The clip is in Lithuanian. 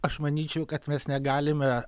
aš manyčiau kad mes negalime